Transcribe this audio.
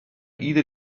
ieder